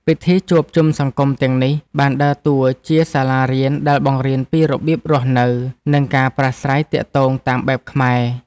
ពិធីជួបជុំសង្គមទាំងនេះបានដើរតួជាសាលារៀនដែលបង្រៀនពីរបៀបរស់នៅ និងការប្រាស្រ័យទាក់ទងតាមបែបខ្មែរ។